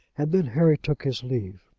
and then harry took his leave.